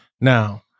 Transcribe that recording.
Now